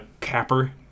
capper